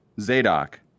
Zadok